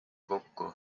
kokku